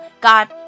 God